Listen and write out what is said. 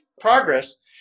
progress